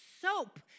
soap